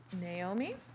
Naomi